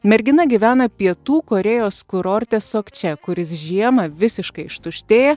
mergina gyvena pietų korėjos kurorte sokče kuris žiemą visiškai ištuštėja